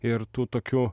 ir tų tokių